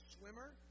swimmer